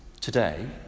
today